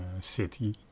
city